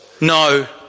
No